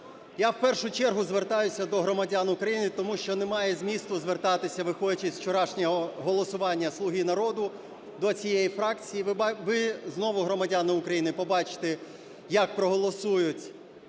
Я в першу чергу звертаюся до громадян України, тому що немає змісту звертатися, виходячи з вчорашнього голосування "Слуги народу", до цієї фракції. Ви знову, громадяни України, побачите як проголосують